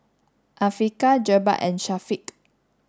Afiqah Jebat and Syafiq